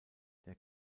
der